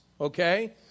okay